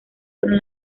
fueron